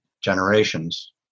generations